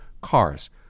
cars